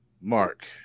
Mark